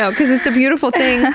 so because it's a beautiful thing.